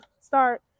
start